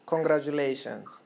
Congratulations